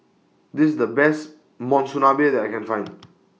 This IS The Best Monsunabe that I Can Find